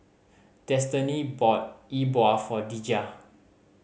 Destany bought E Bua for Deja